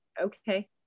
okay